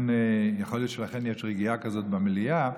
ויכול להיות שלכן יש רגיעה כזאת במליאה,